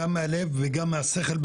גם מהלב וגם מהשכל,